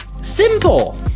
Simple